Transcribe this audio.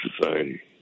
society